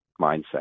mindset